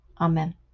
amen